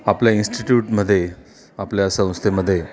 आपल्या इन्स्टिट्यूटमध्ये आपल्या संस्थेमध्ये